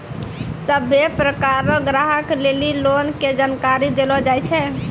सभ्भे प्रकार रो ग्राहक लेली लोन के जानकारी देलो जाय छै